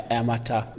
amata